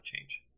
change